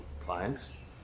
clients